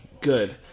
Good